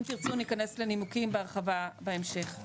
אם תרצו, ניכנס לנימוקים בהרחבה בהמשך.